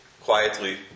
quietly